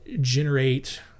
generate